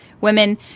women